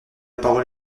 parole